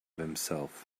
himself